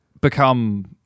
become